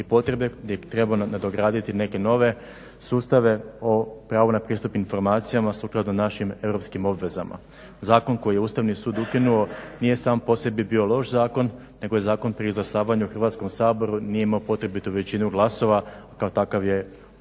i potrebe gdje treba nadograditi neke nove sustave o pravu na pristup informacijama sukladno našim europskim obvezama. Zakon koji je Ustavni sud ukinuo nije sam po sebi bio loš zakon, nego je zakon pri izglasavanju u Hrvatskom saboru nije imao potrebitu većinu glasova, kao takav je prošao,